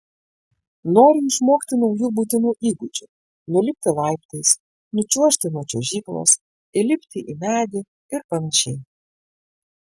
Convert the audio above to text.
nori išmokti naujų būtinų įgūdžių nulipti laiptais nučiuožti nuo čiuožyklos įlipti į medį ir panašiai